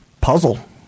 puzzle